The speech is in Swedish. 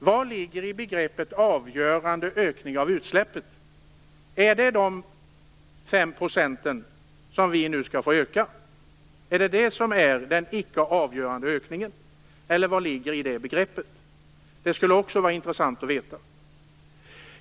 Vad ligger i begreppet avgörande ökning av utsläppen? Är det de fem procent som vi nu skall få öka utsläppen med? Är det den icke avgörande ökningen? Det skulle också vara intressant att veta.